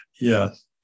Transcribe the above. Yes